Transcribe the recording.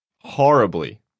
Horribly